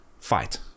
fight